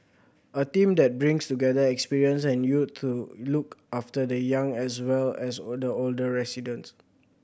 a team that brings together experience and youth to look after the young as well as older older residents